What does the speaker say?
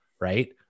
right